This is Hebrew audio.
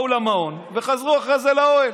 באו למעון, וחזרו אחרי זה לאוהל.